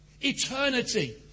Eternity